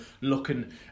looking